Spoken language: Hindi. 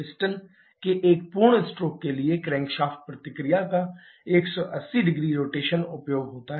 पिस्टन के 1 पूर्ण स्ट्रोक के लिए क्रैंकशाफ्ट प्रतिक्रिया का 180 0 रोटेशन उपयोग होता है